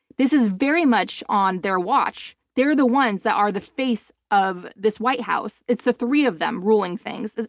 this is very much on their watch. they're the ones that are the face of this white house. it's the three of them ruling things.